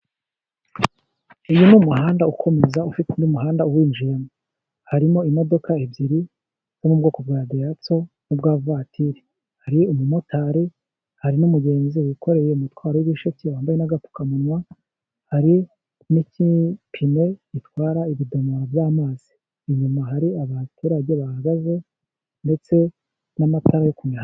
Uyu ni umuhanda ukomeza ufite undi muhanda uwinjiyemo. Harimo imodoka ebyiri zo mu bwoko bwa dayihatsu n'ubwa vatiri. Hari umumotari, hari n'umugenzi wikoreye umutwaro w'ibisheke wambaye n'agapfukamunwa. Hari n'igipine gitwara ibidomoro by'amazi, inyuma hari abaturage bahagaze ndetse n'amatara yo ku muhanda.